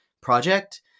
project